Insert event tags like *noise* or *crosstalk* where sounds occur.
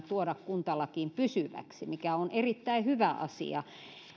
*unintelligible* tuoda kuntalakiin pysyväksi mikä on erittäin hyvä asia